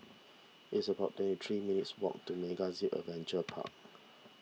it's about twenty three minutes walk to MegaZip Adventure Park